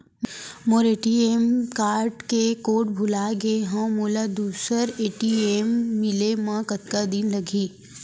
मोर ATM card के code भुला गे हव, मोला दूसर ए.टी.एम मिले म कतका दिन लागही?